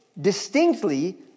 distinctly